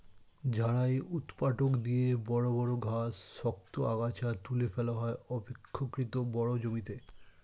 ঝাড়াই ঊৎপাটক দিয়ে বড় বড় ঘাস, শক্ত আগাছা তুলে ফেলা হয় অপেক্ষকৃত বড় জমিতে